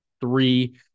three